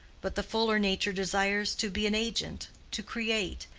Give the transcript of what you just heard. but the fuller nature desires to be an agent, to create,